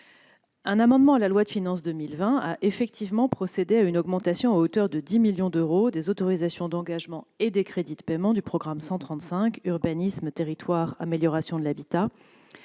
Un amendement à la loi de finances pour 2020 a effectivement procédé à une augmentation, à hauteur de 10 millions d'euros, des autorisations d'engagement et des crédits de paiement du programme 135 « Urbanisme, territoires et amélioration de l'habitat